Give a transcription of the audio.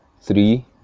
three